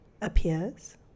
appears